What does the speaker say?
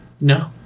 No